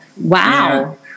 Wow